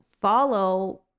follow